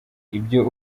ibyo